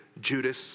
Judas